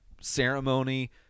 ceremony